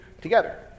together